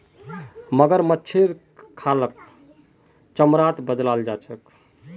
मगरमच्छेर खालक चमड़ात बदलाल जा छेक